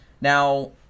Now